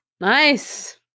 nice